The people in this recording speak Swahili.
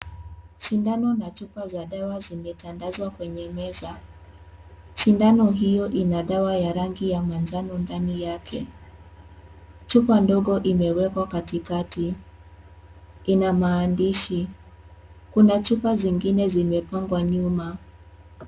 Sindano na chupa za dawa zimetandazwa kwenye meza. Sindano hiyo, ina dawa ya rangi ya manjano ndani yake. Chupa ndogo imewekwa katikati. Ina maandishi. Kuna chupa zingine zimepangwa nyuma.